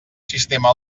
sistema